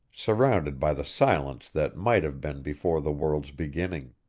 surrounded by the silence that might have been before the world's beginning.